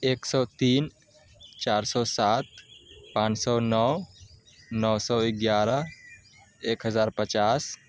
ایک سو تین چار سو سات پانچ سو نو نو سو گیارہ ایک ہزار پچاس